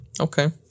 Okay